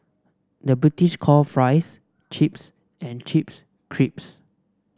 the British call fries chips and chips crisps